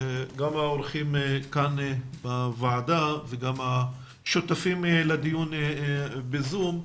גם לאורחים כאן בוועדה וגם השותפים לדיון בזום.